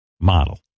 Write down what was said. model